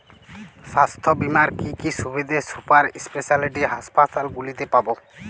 স্বাস্থ্য বীমার কি কি সুবিধে সুপার স্পেশালিটি হাসপাতালগুলিতে পাব?